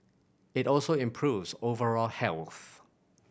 it also improves overall health